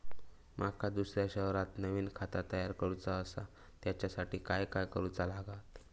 माका दुसऱ्या शहरात नवीन खाता तयार करूचा असा त्याच्यासाठी काय काय करू चा लागात?